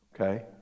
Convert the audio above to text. Okay